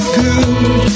good